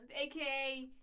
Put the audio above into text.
aka